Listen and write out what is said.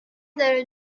داره